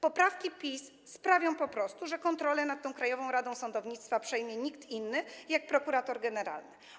Poprawki PiS sprawią po prostu, że kontrolę nad Krajową Radą Sądownictwa przejmie nie kto inny, tylko prokurator generalny.